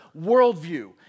worldview